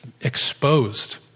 exposed